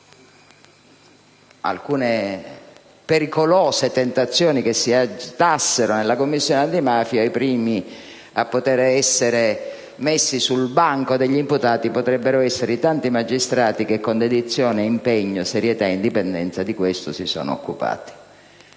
alcune pericolose tentazioni che si agitassero nella Commissione antimafia, i primi a poter essere messi sul banco degli imputati potrebbero essere i tanti magistrati che con dedizione, impegno, serietà e indipendenza di questo si sono occupati.